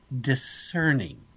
discerning